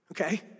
Okay